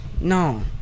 No